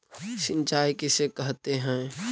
सिंचाई किसे कहते हैं?